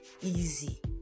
easy